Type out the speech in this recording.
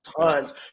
tons